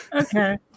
Okay